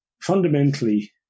fundamentally